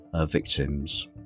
victims